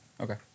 Okay